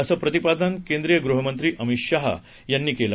असं प्रतिपादन केंद्रीय गृहमंत्री अमित शहा यांनी आज केलं